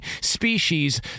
species